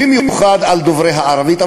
במיוחד על דוברי הערבית,